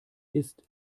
ist